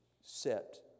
set